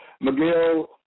Miguel